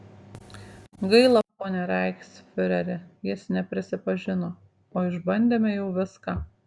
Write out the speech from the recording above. gaila pone reichsfiureri jis neprisipažino o išbandėme jau viską